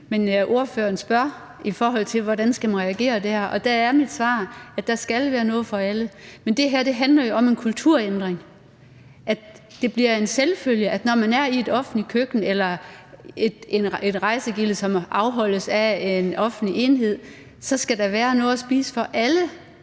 men ordføreren spørger om, hvordan man skal reagere dér, og der er mit svar, at der skal være noget for alle. Men det her handler jo om en kulturændring, altså at det bliver en selvfølge, at når man er i et offentligt køkken, eller når det er et rejsegilde, som afholdes af en offentlig enhed, skal der være noget at spise for alle,